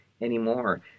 anymore